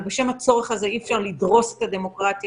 בשם הצורך הזה אי אפשר לדרוס את הדמוקרטיה,